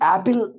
Apple